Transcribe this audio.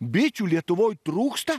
bičių lietuvoj trūksta